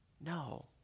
No